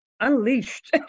Unleashed